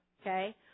Okay